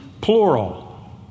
plural